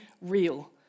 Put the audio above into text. real